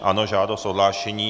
Ano, žádost o odhlášení.